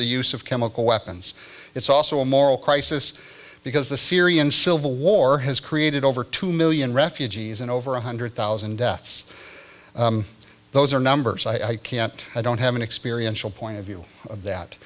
the use of chemical weapons it's also a moral crisis because the syrian civil war has created over two million refugees and over one hundred thousand deaths those are numbers i can't i don't have an experience will point of view of that